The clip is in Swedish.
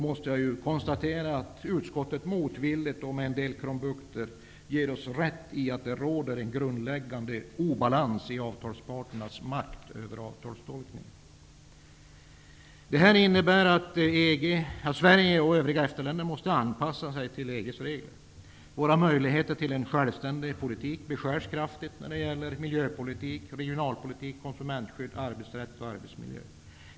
Men jag måste konstatera att utskottet motvilligt och med en del krumbukter håller med oss om att det råder en grundläggande obalans i avtalsparternas makt över avtalstolkningen. Sverige och övriga EFTA-länder måste alltså anpassa sig till EG:s regler. Våra möjligheter till en självständig politik beskärs kraftigt när det gäller miljöpolitik, regionalpolitik, konsumentskydd, arbetsrätt och arbetsmiljö.